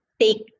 take